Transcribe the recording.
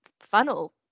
funnel